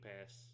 Pass